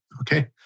okay